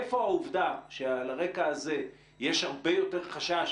היכן העובדה שעל הרקע הזה יש הרבה יותר חשש